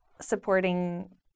supporting